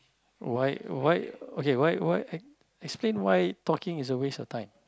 why why okay why why explain why talking is a waste of time